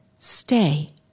stay